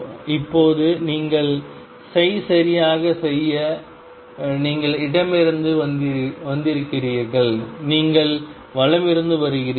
இப்போது நீங்கள் சரியாக செய்ய நீங்கள் இடமிருந்து வந்திருக்கிறீர்கள் நீங்கள் வலமிருந்து வருகிறீர்கள்